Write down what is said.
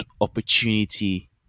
opportunity